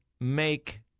make